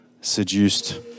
seduced